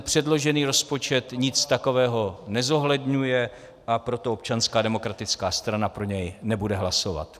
Předložený rozpočet nic takového nezohledňuje, a proto Občanská demokratická strana pro něj nebude hlasovat.